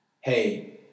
hey